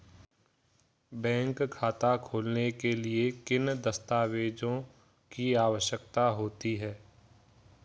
Bank खाता खोलने के लिए किन दस्तावेज़ों की आवश्यकता होती है?